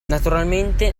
naturalmente